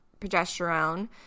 progesterone